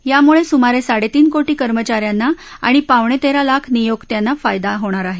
यामुळे सुमारे साडेतीन कोटी कर्मचा यांना आणि पावणे तेरा लाख नियोक्त्यांना फायदा होणार आहे